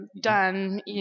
done